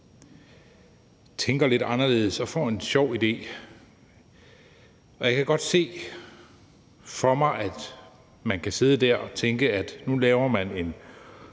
tænker lidt anderledes og får en sjov idé. Og jeg kan godt se for mig, at man kan sidde og tænke, at nu laver man en